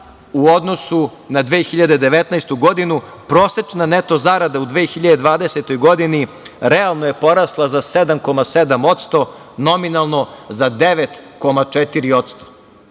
u odnosu na 2019. godinu. Prosečna neto zarada u 2020. godini realno je porasla za 7,7%, nominalno za 9,4%,